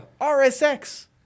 RSX